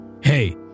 Hey